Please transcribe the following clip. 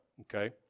okay